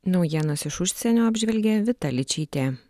naujienas iš užsienio apžvelgė vita ličytė